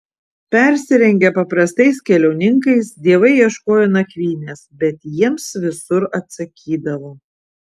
persirengę paprastais keliauninkais dievai ieškojo nakvynės bet jiems visur atsakydavo